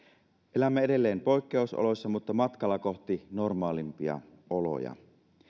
elämme edelleen poikkeusoloissa mutta matkalla kohti normaalimpia oloja